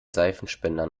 seifenspender